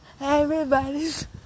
everybody's